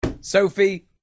Sophie